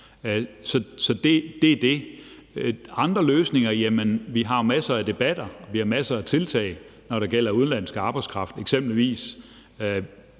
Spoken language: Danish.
Så det er det. Hvad angår andre løsninger: Jamen vi har jo masser af debatter, og vi har masser af tiltag, når det gælder udenlandsk arbejdskraft, eksempelvis